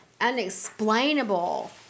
unexplainable